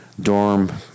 dorm